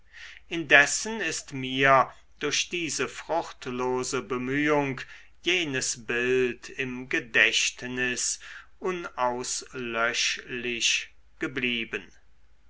indessen ist mir durch diese fruchtlose bemühung jenes bild im gedächtnis unauslöschlich geblieben